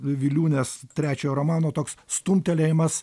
viliūnės trečiojo romano toks stumtelėjimas